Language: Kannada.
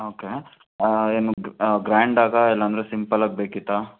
ಓಕೆ ಏನು ಗ್ರಾಂಡಾಗಾ ಇಲ್ಲ ಅಂದರೆ ಸಿಂಪಲಾಗಿ ಬೇಕಿತ್ತಾ